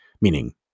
meaning –